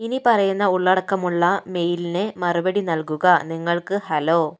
ഇനി പറയുന്ന ഉള്ളടക്കമുള്ള മെയിലിന് മറുപടി നൽകുക നിങ്ങൾക്ക് ഹലോ